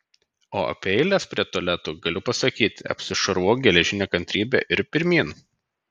o apie eiles prie tualetų galiu pasakyti apsišarvuok geležine kantrybe ir pirmyn